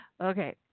Okay